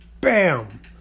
BAM